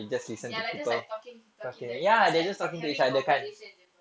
they are like just like talking talking there it's like for having conversation jer apa